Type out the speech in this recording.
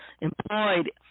employed